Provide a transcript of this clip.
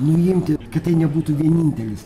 nuimti kad tai nebūtų vienintelis